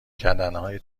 کردنهای